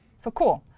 so cool.